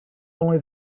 only